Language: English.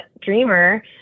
dreamer